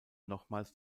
nochmals